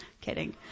kidding